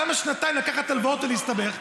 למה שנתיים לקחת הלוואות ולהסתבך?